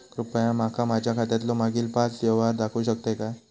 कृपया माका माझ्या खात्यातलो मागील पाच यव्हहार दाखवु शकतय काय?